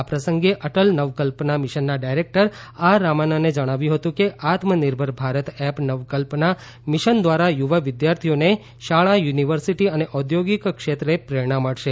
આ પ્રસંગે અટલ નવકલ્પના મિશનના ડાયેક્ટર આર રામાનને જણાવ્યું હતું કે આત્મનિર્ભર ભારત એપ નવકલ્પના મિશન દ્વારા યુવા વિધ્યાર્થીઓને શાળા યુનિવર્સિટી અને ઔધોગિક ક્ષેત્રે પ્રેરણા મળશે